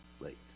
late